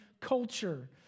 culture